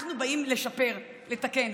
אנחנו באים לשפר, לתקן.